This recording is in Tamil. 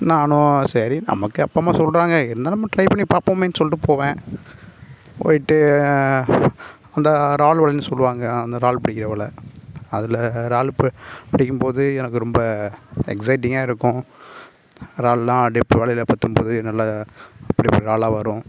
நானும் சரி நமக்கு அப்பாஅம்மா சொல்கிறாங்க இருந்தாலும் நம்ம ட்ரை பண்ணி பார்ப்போமேன் சொல்லிட்டு போவேன் போயிட்டு அந்த ரால் ஒளினு சொல்லுவாங்க அந்த ரால் பிடிக்கிற வலை அதில் ரால் இப்போ பிடிக்கும் போது எனக்கு ரொம்ப எக்ஸைட்டிங்காக இருக்கும் ரால்லாம் அப்படி வலையில் பத்தம் போது நல்ல பெரிய பெரிய ராலா வரும்